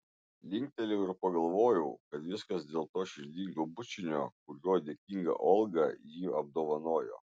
linktelėjau ir pagalvojau kad viskas dėl to širdingo bučinio kuriuo dėkinga olga jį apdovanojo